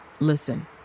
Listen